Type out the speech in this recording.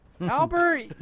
Albert